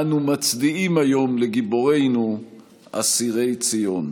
אנו מצדיעים היום לגיבורינו אסירי ציון.